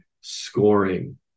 scoring